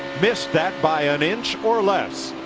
missed that by an inch or less.